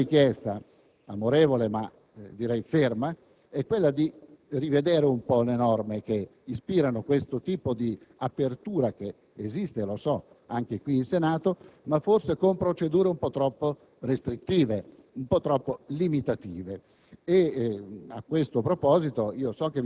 il mandato democratico. La mia richiesta, amorevole ma ferma, è pertanto quella di rivedere le norme che ispirano questo tipo di apertura che esiste - lo so - anche qui in Senato, ma forse con procedure un po' troppo restrittive, limitative.